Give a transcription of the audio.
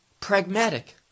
pragmatic